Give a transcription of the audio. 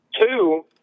Two